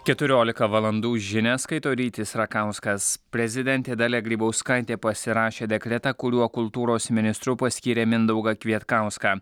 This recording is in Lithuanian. keturiolika valandų žinias skaito rytis rakauskas prezidentė dalia grybauskaitė pasirašė dekretą kuriuo kultūros ministru paskyrė mindaugą kvietkauską